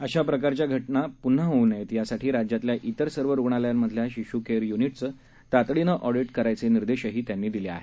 अशा प्रकारच्या द्र्घटना प्न्हा होऊ नयेत यासाठी राज्यातल्या इतर सर्व रुग्णालयांमधल्या शिश् केअर य्नीटचं तातडीनं ऑडीट करायचे निर्देशही त्यानी दिले आहेत